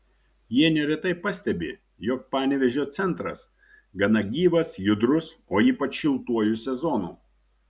jie neretai pastebi jog panevėžio centras gana gyvas judrus o ypač šiltuoju sezonu